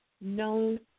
known